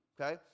okay